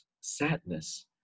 sadness